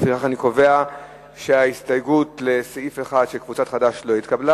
לפיכך אני קובע שההסתייגות לסעיף 1 של קבוצת חד"ש לא התקבלה.